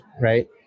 right